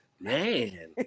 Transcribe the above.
man